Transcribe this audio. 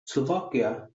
slovakia